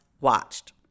watched